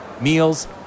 meals